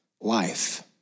life